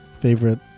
favorite